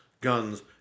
guns